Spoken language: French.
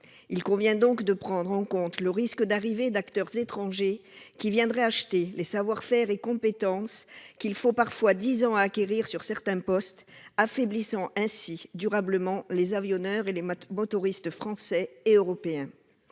Il convient donc de prendre en compte le risque d'arrivée d'acteurs étrangers, qui viendraient acheter les savoir-faire et compétences qu'il faut parfois dix ans à acquérir sur certains postes, affaiblissant ainsi durablement les avionneurs et les motoristes français et européens.